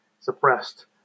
suppressed